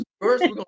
first